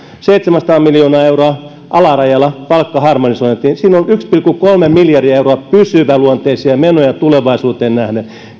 seitsemänsataa miljoonaa euroa alarajalla palkkaharmonisointiin siinä on yksi pilkku kolme miljardia euroja pysyväluonteisia menoja tulevaisuuteen nähden